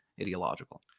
ideological